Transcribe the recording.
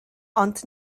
ond